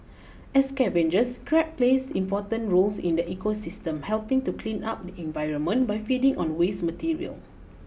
as scavengers crab plays important roles in the ecosystem helping to clean up the environment by feeding on waste material